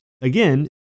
again